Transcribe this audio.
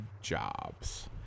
jobs